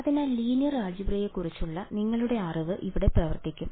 അതിനാൽ ലീനിയർ ആൾജിബ്രയെക്കുറിച്ചുള്ള നിങ്ങളുടെ അറിവ് ഇവിടെ പ്രവർത്തിക്കും